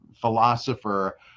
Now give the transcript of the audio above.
philosopher